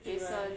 jason